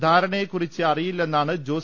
ധാരണയെകുറിച്ച് അറിയില്ലെന്നാണ് ജോസ്